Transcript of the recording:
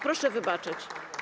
Proszę wybaczyć.